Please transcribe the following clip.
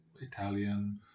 Italian